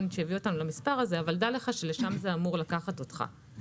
דע לך שלשם זה אמור לקחת אותך.